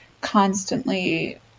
constantly